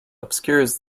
obscures